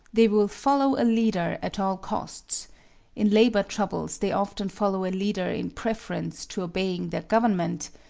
they will follow a leader at all costs in labor troubles they often follow a leader in preference to obeying their government,